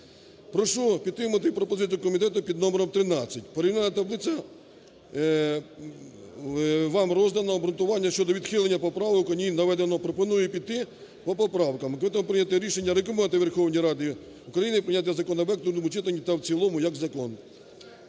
Прошу підтримати пропозицію комітету під № 13. Порівняльна таблиця вам роздана, обґрунтування щодо відхилення поправок в ній наведено. Пропоную піти по поправкам і прийняти рішення, рекомендувати Верховній Раді України прийняти законопроект у другому читанні та в цілому як закон.